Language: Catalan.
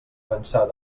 pensar